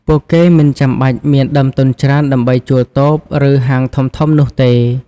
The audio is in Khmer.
ពួកគេមិនចាំបាច់មានដើមទុនច្រើនដើម្បីជួលតូប ឬហាងធំៗនោះទេ។